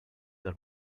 are